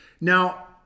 Now